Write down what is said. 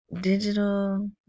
digital